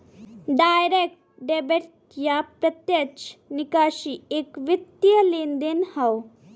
direct debit या प्रत्यक्ष निकासी एक वित्तीय लेनदेन हौ